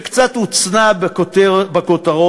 שקצת הוצנע בכותרות,